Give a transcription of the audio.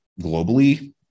globally